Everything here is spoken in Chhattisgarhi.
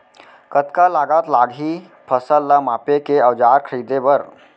कतका लागत लागही फसल ला मापे के औज़ार खरीदे बर?